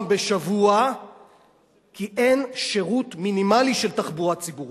בשבוע כי אין שירות מינימלי של תחבורה ציבורית.